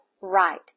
right